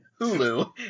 Hulu